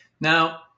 Now